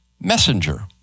messenger